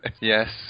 Yes